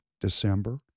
December